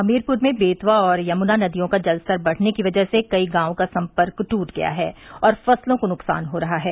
हमीरपुर में बेतवा और यमुना नदियों का जलस्तर बढ़ने की वजह से कई गांवों का सम्पर्क टूट गया है और फ़सलों को नुकसान हो रहा है